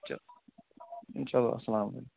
چہ چلو السلام علیکُم